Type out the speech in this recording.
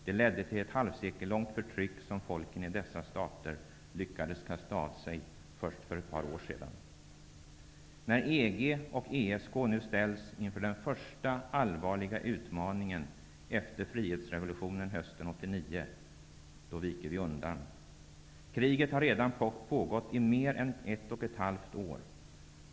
Det ledde till ett halvsekellångt förtryck, som folken i dessa stater lyckades kasta av sig först för ett par år sedan. När EG och ESK nu ställts inför den första allvarliga utmaningen efter frihetsrevolutionen hösten 1989, då viker vi undan. Kriget har redan pågått i mer än ett och ett halvt år.